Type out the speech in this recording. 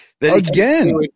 Again